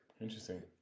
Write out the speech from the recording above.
Interesting